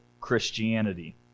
Christianity